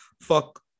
fuck